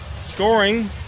Scoring